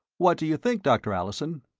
what do you think, dr. allison?